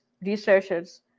researchers